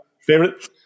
Favorite